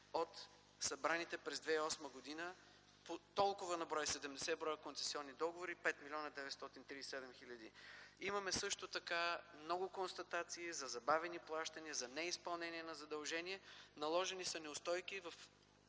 от събраните през 2008 г. от 70 концесионни договори – 5 млн. 937 хил. лв. Имаме също така много констатации за забавени плащания, за неизпълнение на задължения. Наложени са неустойки в